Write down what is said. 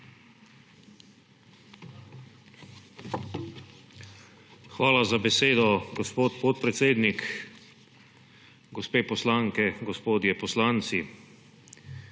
Hvala za besedo, gospod podpredsednik. Gospe poslanke, gospodje poslanci!